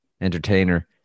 entertainer